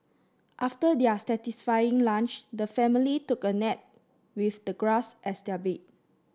after their satisfying lunch the family took a nap with the grass as their bed